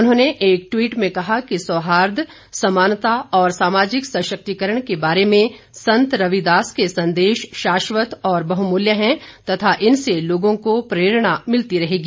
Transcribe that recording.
उन्होंने एक ट्वीट में कहा कि सौहार्द समानता और सामाजिक सशक्तिकरण के बारे में संत रविदास के संदेश शाश्वत और बहुमूल्य हैं और इनसे लोगों को प्रेरणा मिलती रहेगी